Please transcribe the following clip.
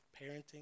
parenting